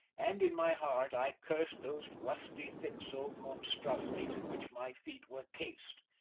and in my heart i cursed those rusty, thick-soled monstrosities in which my feet were cased.